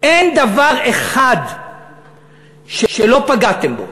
אין דבר אחד שלא פגעתם בו.